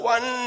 One